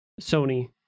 Sony